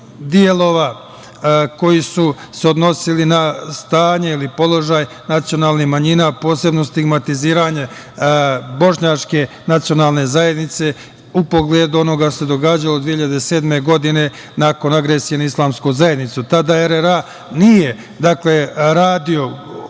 delova koji su se odnosili na stanje ili položaj nacionalnih manjina, posebno stigmatiziranje bošnjačke nacionalne zajednice u pogledu onoga što se događalo 2007. godine nakon agresije na islamsku zajednicu. Tada RRA nije radio